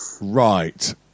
Right